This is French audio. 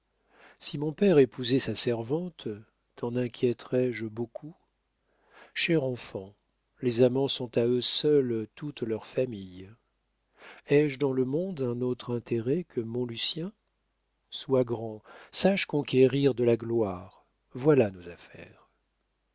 si mon père épousait sa servante t'en inquiéterais tu beaucoup cher enfant les amants sont à eux seuls toute leur famille ai-je dans le monde un autre intérêt que mon lucien sois grand sache conquérir de la gloire voilà nos affaires